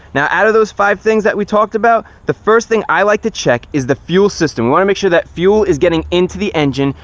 now out of those five things that we talked about, the first thing i like to check is the fuel system, we want to make sure that fuel is getting into the engine.